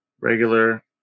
regular